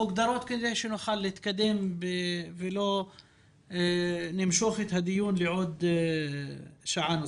מוגדרות כדי שנוכל להתקדם ולא נמשוך את הדיון לעוד שעה נוספת.